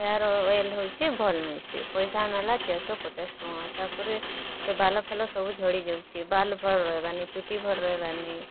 hair oil ହେଉଛେ ଭଲ୍ ନାଇଁ ସେ ପଇସା ନେଲା ଚାଏର୍ ଶହ ପଚାଶ୍ ଟଙ୍କା ତା'ର୍ପରେ ସେ ବାଲଫାଲ ସବୁ ଝଡ଼ି ଯାଉଛେ ବାଲ୍ ଭଲ୍ ରହେବାର୍ ନି ଚୁଟି ଭଲ୍ ରହେବାର୍ ନାଇ